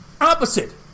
Opposite